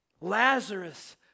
Lazarus